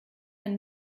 ein